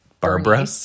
Barbara